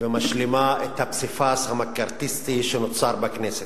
ומשלימה את הפסיפס המקארתיסטי שנוצר כאן בכנסת.